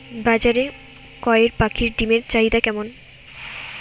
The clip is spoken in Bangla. বাজারে কয়ের পাখীর ডিমের চাহিদা কেমন?